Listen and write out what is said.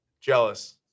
Jealous